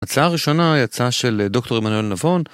הצעה הראשונה היא הצעה של דוקטור עמנואל נבון.